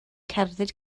cerdded